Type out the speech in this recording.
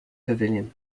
pavilion